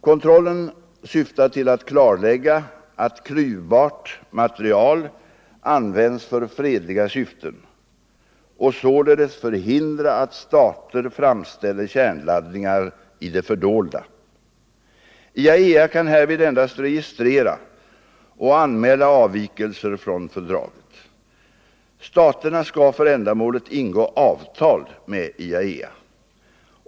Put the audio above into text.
Kontrollen syftar till att klarlägga att klyvbart material används för fredliga syften, och således förhindra att stater framställer kärnladdningar i det fördolda. IAEA kan härvid endast registrera och anmäla avvikelser från fördraget. Staterna skall för ändamålet ingå avtal med IAEA.